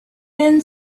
thin